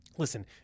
Listen